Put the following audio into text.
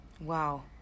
Wow